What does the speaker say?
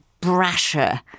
brasher